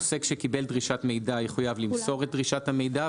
עוסק שקיבל דרישת מידע יחויב למסור את דרישת המידע,